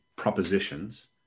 propositions